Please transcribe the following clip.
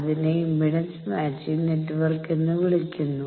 അതിനെ impedance matching network എന്ന് വിളിക്കുന്നു